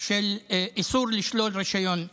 של איסור לשלול רישיון נהיגה.